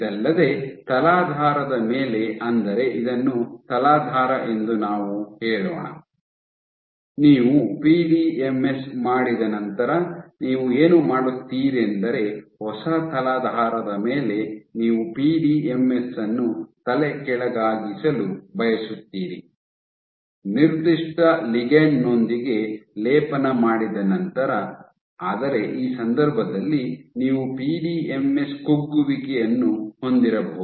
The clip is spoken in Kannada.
ಇದಲ್ಲದೆ ತಲಾಧಾರದ ಮೇಲೆ ಅಂದರೆ ಇದನ್ನು ತಲಾಧಾರ ಎಂದು ನಾವು ಹೇಳೋಣ ನೀವು ಪಿಡಿಎಂಎಸ್ ಮಾಡಿದ ನಂತರ ನೀವು ಏನು ಮಾಡುತ್ತೀರೆಂದರೆ ಹೊಸ ತಲಾಧಾರದ ಮೇಲೆ ನೀವು ಪಿಡಿಎಂಎಸ್ ಅನ್ನು ತಲೆಕೆಳಗಾಗಿಸಲು ಬಯಸುತ್ತೀರಿ ನಿರ್ದಿಷ್ಟ ಲಿಗಂಡ್ ನೊಂದಿಗೆ ಲೇಪನ ಮಾಡಿದ ನಂತರ ಆದರೆ ಈ ಸಂದರ್ಭದಲ್ಲಿ ನೀವು ಪಿಡಿಎಂಎಸ್ ಕುಗ್ಗುವಿಕೆ ಅನ್ನು ಹೊಂದಿರಬಹುದು